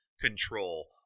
control